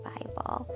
Bible